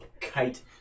kite